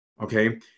Okay